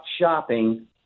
shopping